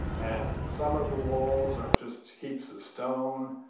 and some of the walls are just heaps of stone,